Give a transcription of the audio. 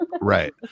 right